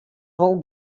wol